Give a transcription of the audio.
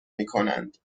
میکنند